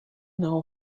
know